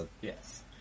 yes